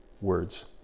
words